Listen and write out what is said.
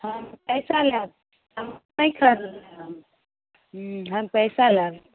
हम पैसा लाएब हम नहि खरदब हम हूँ हम पैसा लाएब